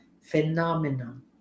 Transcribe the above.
phenomenon